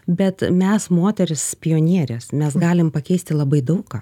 bet mes moterys pionierės mes galim pakeisti labai daug ką